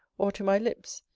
or to my lips,